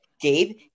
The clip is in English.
Gabe